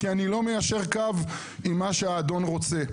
כי אני לא מיישר קו עם מה שהאדון רוצה,